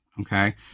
okay